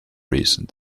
recent